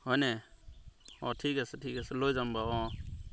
হয়নে অঁ ঠিক আছে ঠিক আছে লৈ যাম বাৰু অঁ